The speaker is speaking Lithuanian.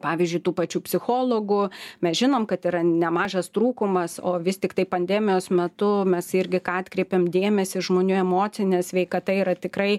pavyzdžiui tų pačių psichologų mes žinom kad yra nemažas trūkumas o vis tiktai pandemijos metu mes irgi ką atkreipiam dėmesį žmonių emocinė sveikata yra tikrai